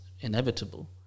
inevitable